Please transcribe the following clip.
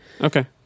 Okay